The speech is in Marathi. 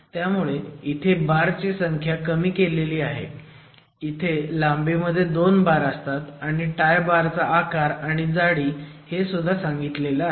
त्यामुळे इथे बारची संख्या कमी केली जाते इथे लांबी मध्ये 2 बार असतात आणि टाय बारचा आकार आणि जाडी हे सुद्धा सांगितलं गेलं आहे